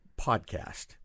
podcast